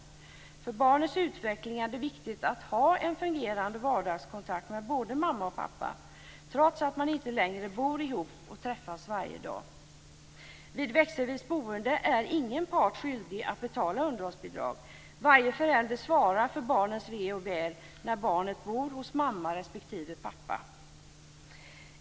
För barnens utveckling är det viktigt att ha en fungerande vardagskontakt med både mamma och pappa, trots att man inte längre bor ihop och träffas varje dag. Vid växelvis boende är ingen part skyldig att betala underhållsbidrag. Varje förälder svarar för barnets väl och ve när barnet bor hos mamma respektive pappa.